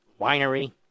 winery